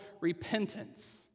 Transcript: repentance